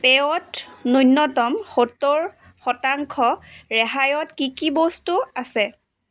পেয়ত ন্যূনতম সত্তৰ শতাংশ ৰেহাইত কি কি বস্তু আছে